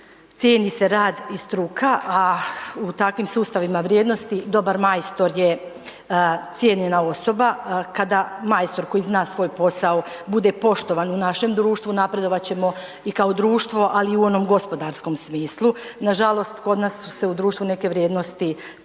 cijeni se rad i struka, a u takvim sustavima vrijednosti, dobar majstor je cijenjena osoba. Kada majstor koji zna svoj posao bude poštovan u našem društvu, napredovat ćemo i kao društvo, ali i onom gospodarskom smislu. Nažalost kod nas su se u društvu neke vrijednosti pomalo